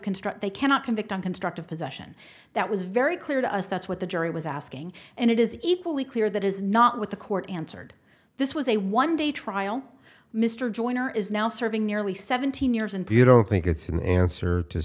construct they cannot convict on constructive possession that was very clear to us that's what the jury was asking and it is equally clear that is not with the court answered this was a one day trial mr joyner is now serving nearly seventeen years and you don't think it's an answer to